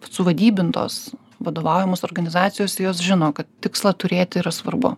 suvadybintos vadovaujamos organizacijos jos žino kad tikslą turėti yra svarbu